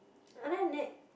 other than that